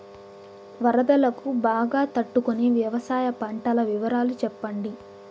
వరదలకు బాగా తట్టు కొనే వ్యవసాయ పంటల వివరాలు చెప్పండి?